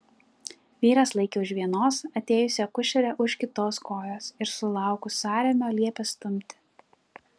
vyras laikė už vienos atėjusi akušerė už kitos kojos ir sulaukus sąrėmio liepė stumti